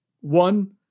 one